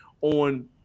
on